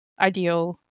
ideal